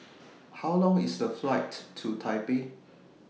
How Long IS The Flight to Taipei